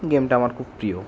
গেমটা আমার খুব প্রিয়